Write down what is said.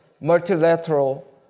multilateral